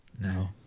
No